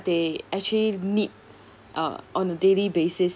they actually need uh on a daily basis